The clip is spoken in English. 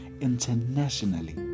internationally